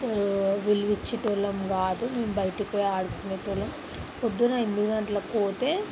విలువ ఇచ్చేటి వాళ్ళం కాదు మేము బయటికి పోయి ఆడుకునే వాళ్ళం పొద్దున ఎనిమిది గంటలకి పోతే